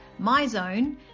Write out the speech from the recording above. MyZone